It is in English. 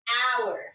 hour